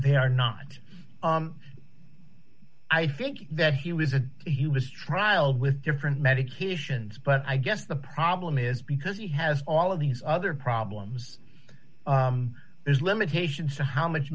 they are not i think that he was a he was trials with different medications but i guess the problem is because he has all of these other problems there's limitations to how much